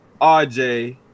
RJ